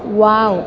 wow